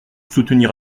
soutenir